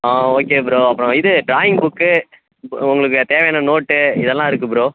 ஆ okay bro அப்புறம் இது drawing book உங்களுக்கு தேவையான நோட்டு இதெல்லாம் இருக்குது ப்ரோ